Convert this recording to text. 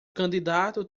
candidato